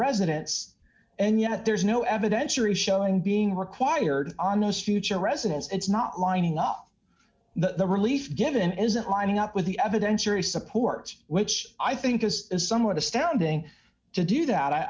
residents and yet there's no evidentiary showing being required honest future residents it's not lining up the relief given isn't lining up with the evidentiary support which i think is a somewhat astounding to do that i